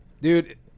Dude